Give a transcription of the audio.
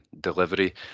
delivery